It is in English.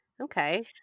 Okay